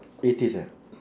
eighties ah